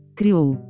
criou